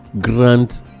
grant